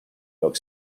york